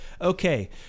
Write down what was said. Okay